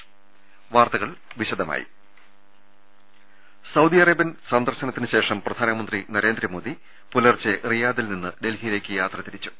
ൾ ൽ ൾ സൌദി അറേബ്യൻ സന്ദർശനത്തിന് ശേഷം പ്രധാനമന്ത്രി നരേ ന്ദ്രമോദി പുലർച്ചെ റിയാദിൽ നിന്ന് ഡൽഹിയിലേക്ക് യാത്ര തിരി ച്ചു